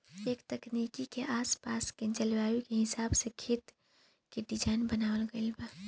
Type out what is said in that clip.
ए तकनीक में आस पास के जलवायु के हिसाब से खेत के डिज़ाइन बनावल गइल बा